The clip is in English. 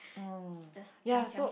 oh ya so